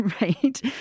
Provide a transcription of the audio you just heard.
Right